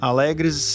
Alegres